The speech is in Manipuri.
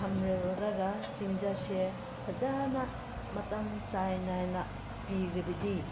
ꯊꯝꯂꯨꯔꯒ ꯆꯤꯟꯖꯥꯛꯁꯦ ꯐꯖꯅ ꯃꯇꯝ ꯆꯥꯡ ꯅꯥꯏꯅ ꯄꯤꯔꯕꯗꯤ